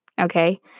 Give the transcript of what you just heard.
okay